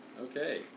Okay